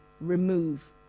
remove